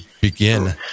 begin